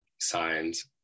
signs